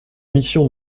mission